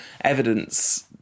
evidence